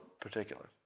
particular